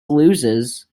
losses